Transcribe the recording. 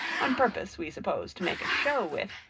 on purpose we suppose to make a show with,